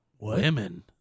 Women